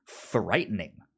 frightening